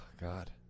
God